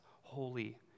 holy